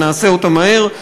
ונעשה אותה מהר,